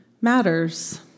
matters